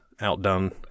outdone